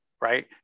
right